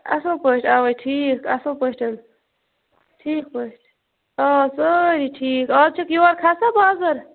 اصٕل پٲٹھۍ اَوے ٹھیٖک اصٕل پٲٹھۍ ٹھیٖک پٲٹھۍ آ سٲری ٹھیٖک آز چھَکھ یور کھَسان بازَر